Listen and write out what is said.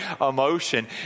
emotion